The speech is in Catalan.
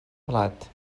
blat